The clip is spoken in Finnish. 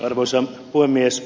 arvoisa puhemies